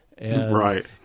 Right